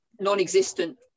non-existent